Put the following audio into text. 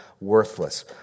worthless